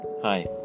Hi